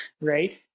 Right